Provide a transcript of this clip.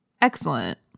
excellent